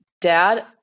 dad